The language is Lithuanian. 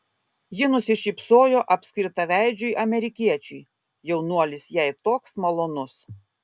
ji nusišypsojo apskritaveidžiui amerikiečiui jaunuolis jai toks malonus